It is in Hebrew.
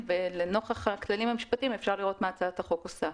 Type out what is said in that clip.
לנוכח הכללים המשפטיים אפשר לראות מה הצעת החוק עושה.